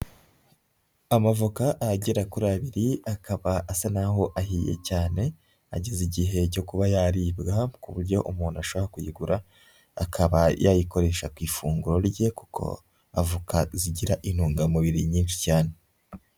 Amavoka agera kuri abiri, akaba asa naho ahiye cyane, ageze igihe cyo kuba yaribwa ku buryo umuntu ashobora kuyigura, akaba yayikoresha ku ifunguro rye, kuko avoka zigira intungamubiri nyinshi cyane.